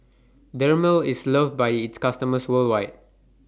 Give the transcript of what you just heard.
Dermale IS loved By its customers worldwide